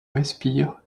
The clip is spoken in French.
respire